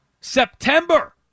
September